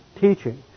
teaching